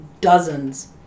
dozens